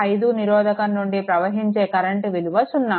5Ω నిరోధకం నుండి ప్రవహించే కరెంట్ విలువ సున్నా